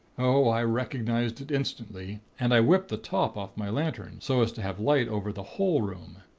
oh, i recognized it instantly, and i whipped the top off my lantern, so as to have light over the whole room.